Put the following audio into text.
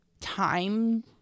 time